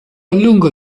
lungo